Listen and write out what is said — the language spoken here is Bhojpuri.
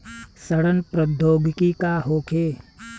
सड़न प्रधौगकी का होखे?